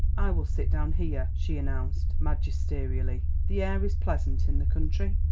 i will sit down here, she announced magisterially the air is pleasant in the country.